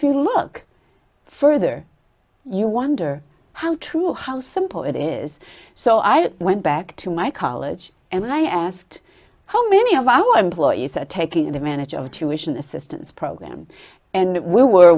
feel look further you wonder how true how simple it is so i went back to my college and i asked how many of our employees are taking advantage of a tuition assistance program and we were